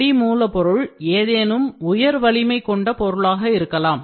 அடி மூலப்பொருள் ஏதேனும் உயர் வலிமை கொண்ட பொருளாக இருக்கலாம்